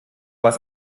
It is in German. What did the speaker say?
was